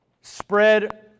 spread